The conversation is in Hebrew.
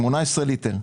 של 18 ליטר.